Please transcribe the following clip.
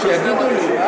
שיגידו לי.